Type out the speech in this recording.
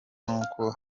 n’uko